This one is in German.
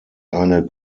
eine